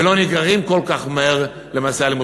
ולא נגררים כל כך מהר למעשי אלימות.